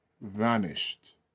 vanished